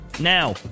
Now